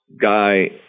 guy